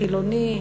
חילוני,